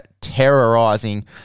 terrorizing